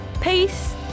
peace